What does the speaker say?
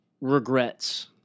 regrets